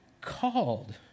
called